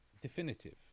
Definitive